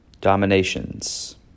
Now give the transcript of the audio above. Dominations